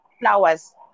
flowers